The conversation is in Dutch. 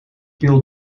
pil